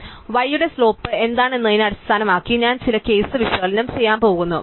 അതിനാൽ y യുടെ slope എന്താണെന്നതിനെ അടിസ്ഥാനമാക്കി ഞാൻ ചില കേസ് വിശകലനം ചെയ്യാൻ പോകുന്നു